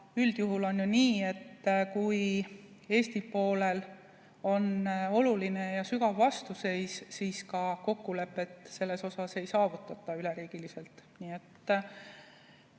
üldjuhul on nii, et kui Eesti poolel on oluline ja sügav vastuseis, siis kokkulepet selles osas ei saavutata üleriigiliselt.